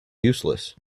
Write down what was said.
useless